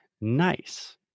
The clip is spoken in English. Nice